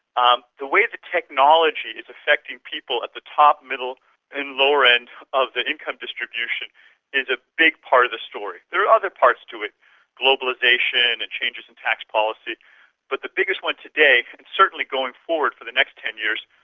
um the way the technology is affecting people at the top, middle and lower end of the income distribution is a big part of the story. there are other parts to it globalisation and changes in tax policy but the biggest one today and certainly going forward for the next ten years,